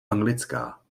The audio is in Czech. anglická